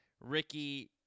Ricky